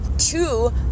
two